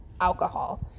alcohol